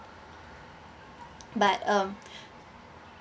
but um